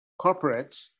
corporates